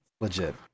legit